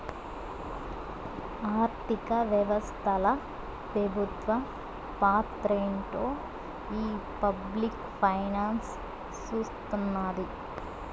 ఆర్థిక వ్యవస్తల పెబుత్వ పాత్రేంటో ఈ పబ్లిక్ ఫైనాన్స్ సూస్తున్నాది